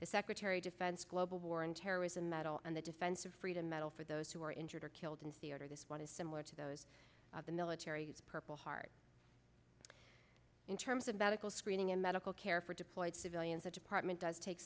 the secretary defense global war on terrorism medal and the defense of freedom medal for those who are injured or killed in the order this one is similar to those of the military's purple heart in terms of medical screening and medical care for deployed civilians a department does take